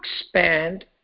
expand